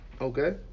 Okay